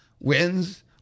wins